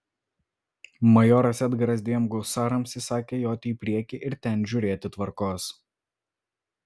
majoras edgaras dviem husarams įsakė joti į priekį ir ten žiūrėti tvarkos